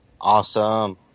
Awesome